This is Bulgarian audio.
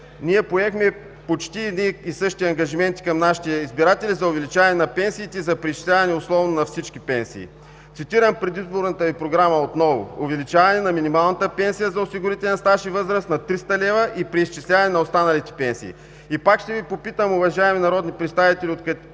Ние поехме почти едни и същи ангажименти към нашите избиратели за увеличаване на пенсиите, за преизчисляване основно на всички пенсии. Цитирам предизборната Ви програма отново: „Увеличаване на минималната пенсия за осигурителен стаж и възраст на 300 лв. и преизчисляване на останалите пенсии“. И пак ще Ви попитам, уважаеми народни представители,